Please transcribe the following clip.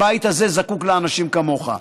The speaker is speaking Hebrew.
הבית הזה זקוק לאנשים כמוך.